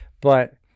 but-